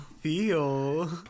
feel